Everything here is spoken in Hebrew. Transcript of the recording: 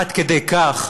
עד כדי כך